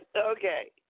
Okay